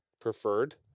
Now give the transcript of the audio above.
Preferred